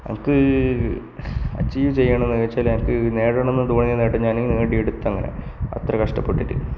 നമുക്ക് അചീവ് ചെയ്യാൻ എന്നുവച്ചാല് എനിക്ക് നേടണമെന്ന് തോന്നിയത് ഞാന് നേടി എടുത്ത് അത്ര കഷ്ടപ്പെട്ടിട്ട്